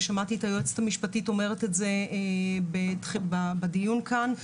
ושמעתי את היועצת המשפטית אומרת את זה בדיון כאל.